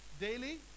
daily